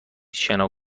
شنا